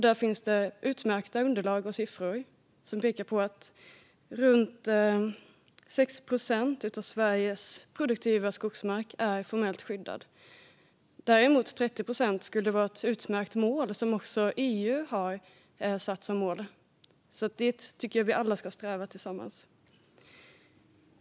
Där finns det utmärkta underlag och siffror som pekar på att runt 6 procent av Sveriges produktiva skogsmark är formellt skyddad. Däremot skulle 30 procent vara ett utmärkt mål. Det är också något som EU har satt som mål. Det tycker jag att vi alla ska sträva efter tillsammans.